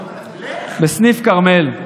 בסניף כרמל,